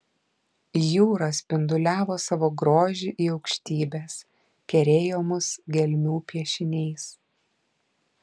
jūra spinduliavo savo grožį į aukštybes kerėjo mus gelmių piešiniais